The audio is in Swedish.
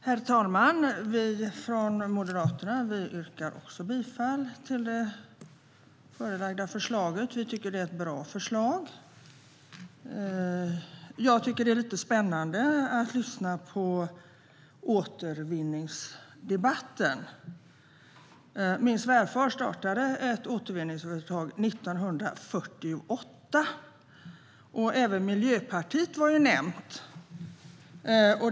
Herr talman! Vi från Moderaterna yrkar också bifall till det förelagda förslaget. Vi tycker att det är ett bra förslag. Det är lite spännande att lyssna på återvinningsdebatten. Min svärfar startade ett återvinningsföretag 1948. Även Miljöpartiet var nämnt.